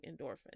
endorphins